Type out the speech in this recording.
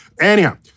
Anyhow